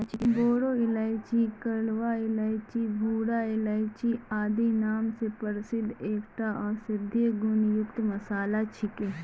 बोरो इलायची कलवा इलायची भूरा इलायची आदि नाम स प्रसिद्ध एकता औषधीय गुण युक्त मसाला छिके